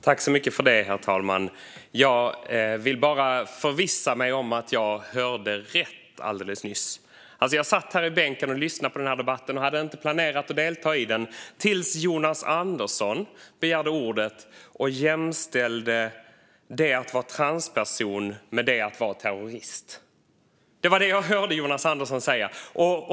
Herr talman! Jag vill bara förvissa mig om att jag hörde rätt alldeles nyss. Jag satt här i bänken och lyssnade på debatten, och jag hade inte planerat att delta i den till dess Jonas Andersson begärde ordet - och jämställde det att vara transperson med det att vara terrorist. Det var det jag hörde Jonas Andersson säga!